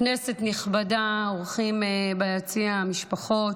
כנסת נכבדה, האורחים ביציע, המשפחות,